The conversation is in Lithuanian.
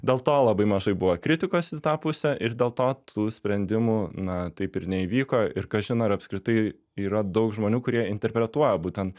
dėl to labai mažai buvo kritikos į tą pusę ir dėl to tų sprendimų na taip ir neįvyko ir kažin ar apskritai yra daug žmonių kurie interpretuoja būtent